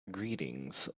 greetings